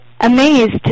amazed